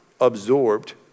absorbed